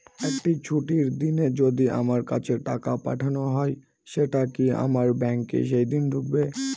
একটি ছুটির দিনে যদি আমার কাছে টাকা পাঠানো হয় সেটা কি আমার ব্যাংকে সেইদিন ঢুকবে?